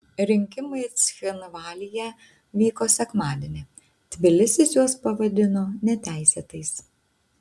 rinkimai cchinvalyje vyko sekmadienį tbilisis juos pavadino neteisėtais